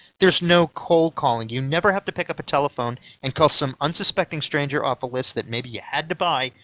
there's no cold calling you never have to pick up a telephone and call some unsuspecting stranger off of a list that maybe you had to buy,